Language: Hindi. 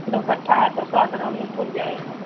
दो कठ्ठा है तो सौ ग्राम में फुल जाएगा